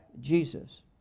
Jesus